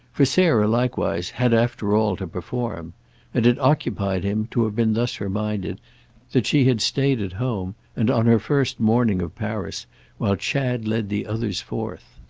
for sarah likewise had, after all, to perform and it occupied him to have been thus reminded that she had stayed at home and on her first morning of paris while chad led the others forth.